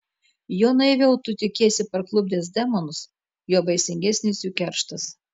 juo naiviau tu tikiesi parklupdęs demonus juo baisingesnis jų kerštas